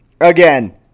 Again